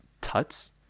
tuts